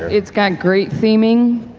it's got great theme-ing,